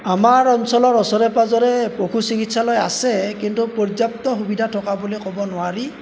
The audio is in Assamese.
আমাৰ অঞ্চলৰ ওচৰে পাজৰে পশু চিকিৎসালয় আছে কিন্তু পৰ্যাপ্ত সুবিধা থকা বুলি ক'ব নোৱাৰি